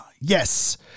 Yes